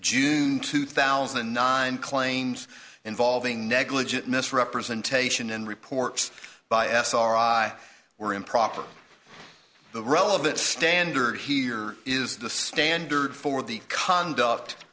june two thousand and nine claims involving negligent misrepresentation and reports by sri were improper the relevant standard here is the standard for the conduct